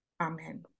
Amen